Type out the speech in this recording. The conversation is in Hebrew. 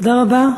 תודה רבה.